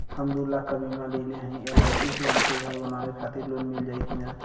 हम दूलाख क बीमा लेले हई एल.आई.सी से हमके घर बनवावे खातिर लोन मिल जाई कि ना?